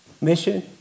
Mission